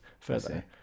further